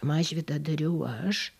mažvydą dariau aš